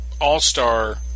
All-Star